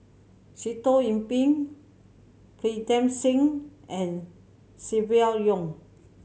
Sitoh Yih Pin Pritam Singh and Silvia Yong